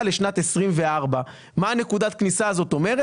לשנת 24'. מה נקודת העצירה הזאת אומרת?